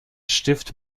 stift